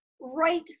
right